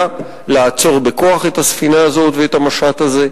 לעצור בכוח את הספינה הזאת ואת המשט הזה.